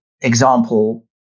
example